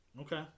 Okay